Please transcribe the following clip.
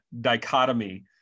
dichotomy